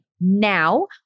now